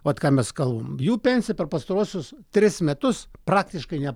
vat ką mes kalbam jų pensija per pastaruosius tris metus praktiškai ne